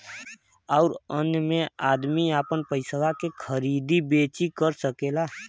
अउर अन्य मे अदमी आपन पइसवा के खरीदी बेची कर सकेला